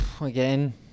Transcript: Again